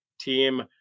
team